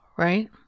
Right